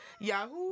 Yahoo